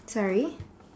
sorry